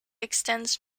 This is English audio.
extends